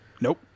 Nope